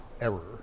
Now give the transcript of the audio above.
error